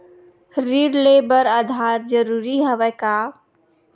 ऋण ले बर आधार जरूरी हवय का?